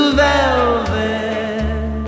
velvet